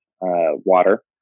water